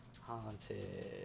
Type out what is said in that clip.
haunted